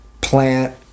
plant